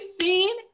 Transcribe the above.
seen